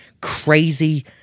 crazy